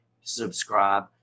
subscribe